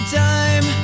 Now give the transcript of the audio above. time